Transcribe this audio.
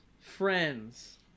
friends